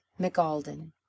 McAlden